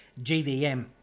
GVM